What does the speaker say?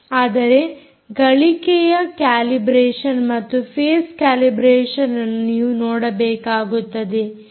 ಆದರೆ ಗಳಿಕೆಯ ಕ್ಯಾಲಿಬ್ರೇಷನ್ ಮತ್ತು ಫೇಸ್ ಕ್ಯಾಲಿಬ್ರೇಷನ್ಅನ್ನು ನೀವು ನೋಡಬೇಕಾಗುತ್ತದೆ